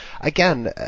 again